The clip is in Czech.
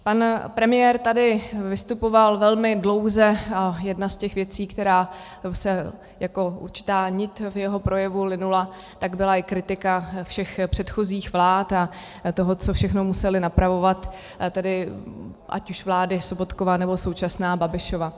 Pan premiér tady vystupoval velmi dlouze a jedna z těch věcí, která se jako určitá nit v jeho projevu linula, byla i kritika všech předchozích vlád a toho, co všechno musely napravovat ať už vláda Sobotkova, nebo současná Babišova.